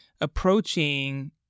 approaching